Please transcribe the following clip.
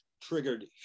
triggered